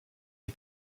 est